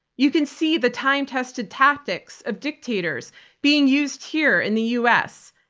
you can see the time tested tactics of dictators being used here in the u. s,